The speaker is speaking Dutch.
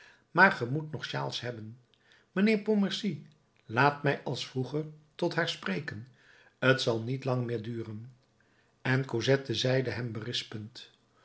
maar ge moet nog shawls hebben mijnheer pontmercy laat mij als vroeger tot haar spreken t zal niet lang meer duren en cosette zeide hem